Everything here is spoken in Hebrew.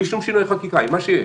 בלי שום שינויי חקיקה, עם מה שיש.